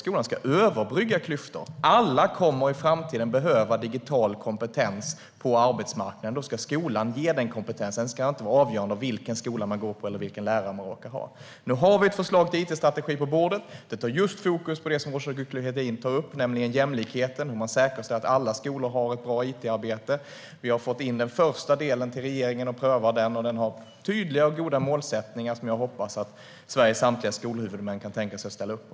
Skolan ska överbrygga klyftor. Alla kommer att behöva digital kompetens i framtiden på arbetsmarknaden, och då ska skolan ge denna kompetens. Det ska inte vara avgörande vilken skola man går på eller vilken lärare man råkar ha. Nu har vi ett förslag till it-strategi på bordet med fokus på just det som Roza Güclü Hedin tar upp, nämligen jämlikheten. Man säkerställer att alla skolor har ett bra it-arbete. Vi har fått in den första delen till regeringen för prövning, och den har tydliga och goda målsättningar som jag hoppas att Sveriges samtliga skolhuvudmän kan tänka sig att ställa upp på.